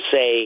say